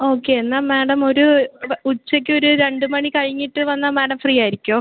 okay എന്നാൽ madam ഒരു ഉച്ചയ്ക്കൊരു രണ്ട് മണി കഴിഞ്ഞിട്ട് വന്നാൽ മാഡം ഫ്രീ ആയിരിക്കുമോ